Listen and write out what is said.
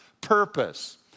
purpose